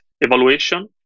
evaluation